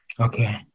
Okay